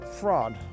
fraud